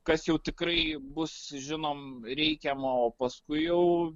kas jau tikrai bus žinom reikiamo o paskui jau